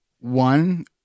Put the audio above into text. One